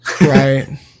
Right